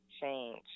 change